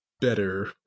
better